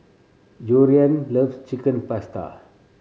Georgiann loves Chicken Pasta